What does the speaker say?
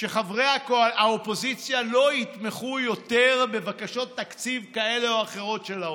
שחברי האופוזיציה לא יתמכו יותר בבקשות תקציב כאלה או אחרות של האוצר.